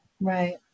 Right